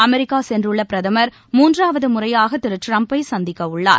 America சென்றுள்ள பிரதமர் மூன்றாவது முறையாக திரு டிரம்பை சந்திக்கவுள்ளார்